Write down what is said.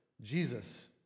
Jesus